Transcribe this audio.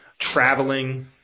Traveling